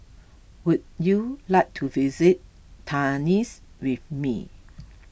would you like to visit Tunis with me